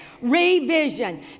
Revision